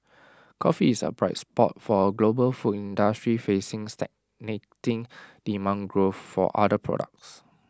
coffee is A bright spot for A global food industry facing stagnating demand growth for other products